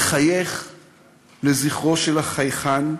לחייך לזכרו של החייכן,